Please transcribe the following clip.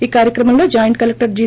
ఈ కార్యక్రమంలో joint collector G